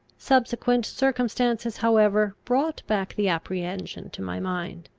subsequent circumstances however brought back the apprehension to my mind.